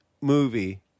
movie